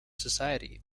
society